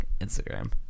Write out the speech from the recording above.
Instagram